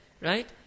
right